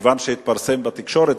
כיוון שהתפרסם בתקשורת,